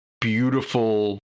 beautiful